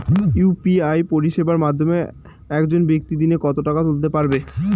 UPI পরিষেবার মাধ্যমে একজন ব্যাক্তি দিনে কত টাকা তুলতে পারবে?